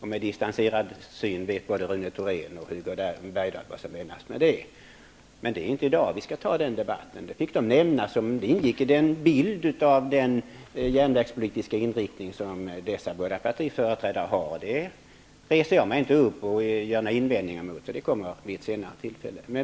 Både Rune Thorén och Hugo Bergdahl vet vad som menas med distanserad syn. Men det är inte i dag som den debatten skall föras. Banan ingår i bilden av den järnvägspolitiska inriktning som dessa båda partiföreträdare har. Jag gör inga invändningar mot det nu, utan det kommer vid ett senare tillfälle.